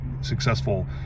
successful